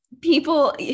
People